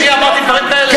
אני אמרתי דברים כאלה?